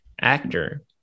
actor